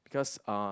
because uh